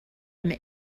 him